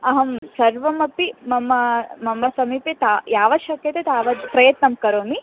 अहं सर्वमपि मम मम समीपे ता यावत् शक्यते तावत् प्रयत्नं करोमि